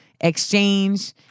exchange